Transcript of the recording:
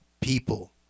people